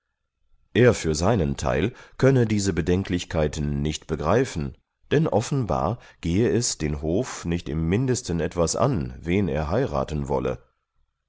er für seinen teil könne diese bedenklichkeiten nicht begreifen denn offenbar gehe es den hof nicht im mindesten etwas an wen er heiraten wolle